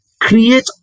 create